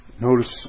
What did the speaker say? Notice